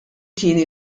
tieni